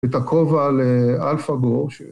את הכובע לאלפא-גו ש...